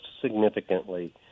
significantly